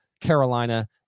Carolina